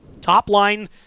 top-line